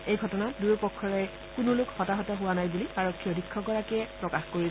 এই ঘটনাত দুয়ো পক্ষৰে কোনো লোক হতাহত হোৱা নাই বুলি আৰক্ষী অধীক্ষক গৰাকীয়ে প্ৰকাশ কৰিছে